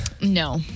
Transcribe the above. No